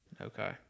Okay